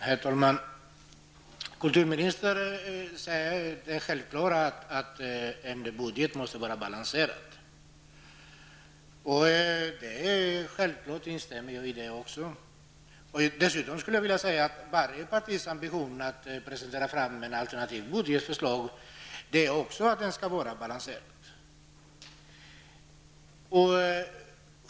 Herr talman! Kulturministern säger det självklara att en budget måste vara balanserad. Självfallet instämmer jag i det. Dessutom vill jag säga att varje partis ambition när de presenterar ett alternativt budgetförslag är att budgeten är balanserad.